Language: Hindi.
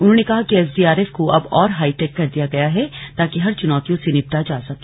उन्होंने कहा कि एसडीआरएफ को अब और हाईटेक कर दिया गया है ताकि हर चुनौतियों से निपटा जा सके